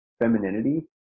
femininity